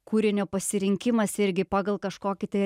kūrinio pasirinkimas irgi pagal kažkokį tai